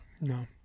No